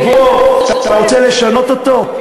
בוא, אתה רוצה לשנות אותו?